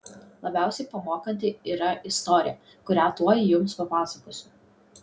labiausiai pamokanti yra istorija kurią tuoj jums papasakosiu